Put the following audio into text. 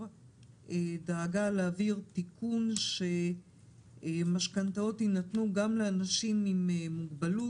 דאגה להעביר תיקון שמשכנתאות ינתנו גם לאנשים עם מוגבלות,